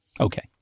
Okay